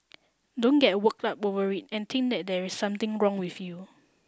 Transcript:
don't get worked up over it and think that there is something wrong with you